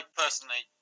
personally